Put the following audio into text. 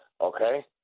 okay